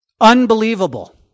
Unbelievable